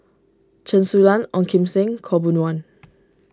Chen Su Lan Ong Kim Seng Khaw Boon Wan